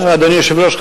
אדוני היושב-ראש,